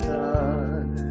time